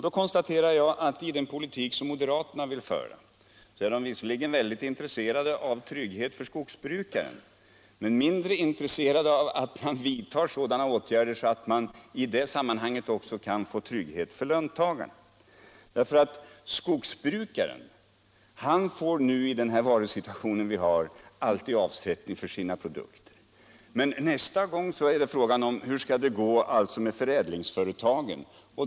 Då konstaterar jag att moderaterna i den politik som de vill föra visserligen är intresserade av trygghet för skogsbrukaren, men de är mindre intresserade av att vidta sådana åtgärder att man samtidigt kan få trygghet för löntagaren. Skogsbruken får ju i den råvarusituation vi kommer att ha alltid avsättning för sina produkter. Men det är fråga om hur det skall gå med förädlingsföretagen.